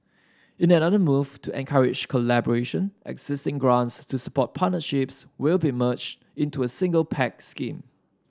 in another move to encourage collaboration existing grants to support partnerships will be merged into a single pact scheme